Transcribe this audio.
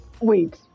wait